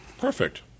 Perfect